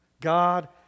God